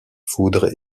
foudre